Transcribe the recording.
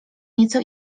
nieco